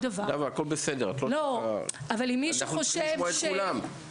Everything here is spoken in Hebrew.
נאוה, הכול בסדר, אנחנו צריכים לשמוע את כולם.